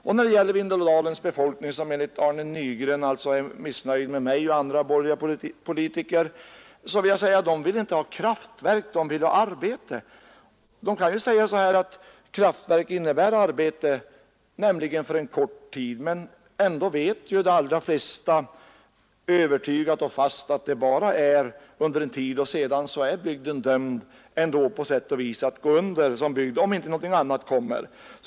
Befolkningen i Vindelälvsområdet, som enligt herr Nygren är missnöjd med mig och andra borgerliga politiker, vill inte absolut ha ett kraftverk — den vill ha arbete. Man kan säga att ett kraftverk innebär arbete, nämligen för en kort tid, men de allra flesta vet att det arbetet bara varar en tid och sedan är bygden på sätt och vis dömd att gå under om inte något annat kommer i stället.